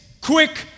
quick